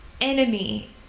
enemy